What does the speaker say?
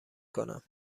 کنم